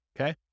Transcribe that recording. Okay